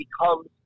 becomes